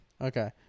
Okay